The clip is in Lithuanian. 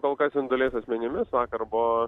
kol kas su individualiais asmenimis vakar buvo